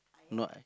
no